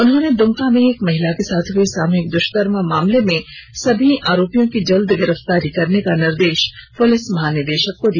उन्होंने दुमका में एक महिला के साथ हुए सामूहिक दुष्कर्म मामले में सभी आरोपियों की जल्द गिरफ्तारी करने का निर्देश पुलिस मंहानिदेशक को दिया